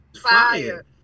fire